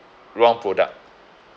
wrong product